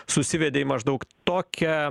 susivedė į maždaug tokią